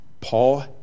Paul